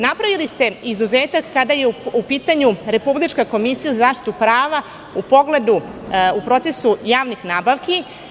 Napravili ste izuzetak kada je u pitanju Republička komisija za zaštitu prava u procesu javnih nabavki.